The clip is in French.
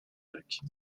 jacques